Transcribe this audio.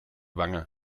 wange